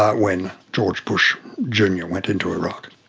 when george bush junior went into iraq.